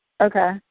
Okay